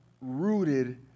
rooted